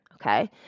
Okay